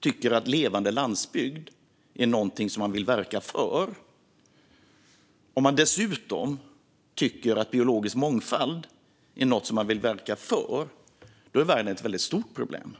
tycker att levande landsbygd och biologisk mångfald är någonting som man vill verka för är vargen ett väldigt stort problem.